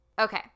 Okay